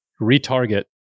retarget